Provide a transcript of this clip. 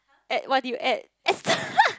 add what did you add